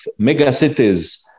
megacities